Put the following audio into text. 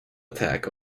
attack